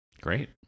Great